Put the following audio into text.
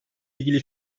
ilgili